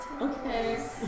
Okay